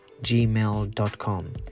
gmail.com